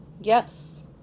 Yes